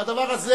והדבר הזה,